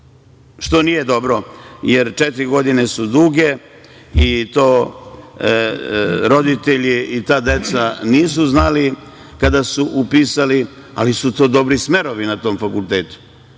što nije dobro, jer četiri godine su duge, i to roditelji i ta deca nisu znali kada su upisali, ali su dobri smerovi na tom fakultetu.